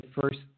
first